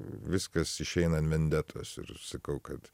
viskas išeina an vendetos ir sakau kad